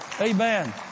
Amen